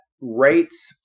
rates